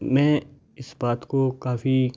मे इस बात को काफ़ी